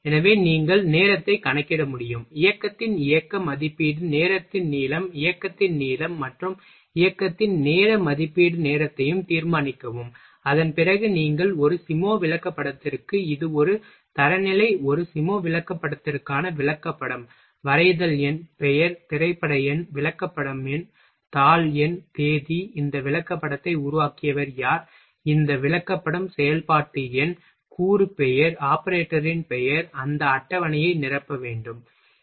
எனவே நீங்கள் நேரத்தை கணக்கிட முடியும் இயக்கத்தின் இயக்க மதிப்பீட்டு நேரத்தின் நீளம் இயக்கத்தின் நீளம் மற்றும் இயக்கத்தின் நேர மதிப்பீட்டு நேரத்தை தீர்மானிக்கவும் அதன் பிறகு நீங்கள் ஒரு சிமோ விளக்கப்படத்திற்கு இது ஒரு தரநிலை ஒரு சிமோ விளக்கப்படத்திற்கான விளக்கப்படம் வரைதல் எண் பெயர் திரைப்பட எண் விளக்கப்படம் எண் தாள் எண் தேதி இந்த விளக்கப்படத்தை உருவாக்கியவர் யார் இந்த விளக்கப்படம் செயல்பாட்டு எண் கூறு பெயர் ஆபரேட்டரின் பெயர் அந்த அட்டவணையை நிரப்ப வேண்டும் சரி